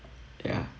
ya